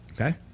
Okay